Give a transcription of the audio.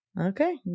Okay